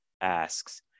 asks